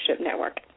network